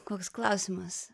koks klausimas